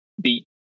beat